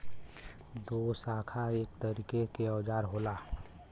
दोशाखा एक तरीके के औजार होला